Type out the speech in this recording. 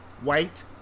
White